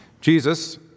Jesus